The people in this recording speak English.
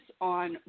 on